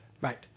Right